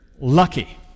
lucky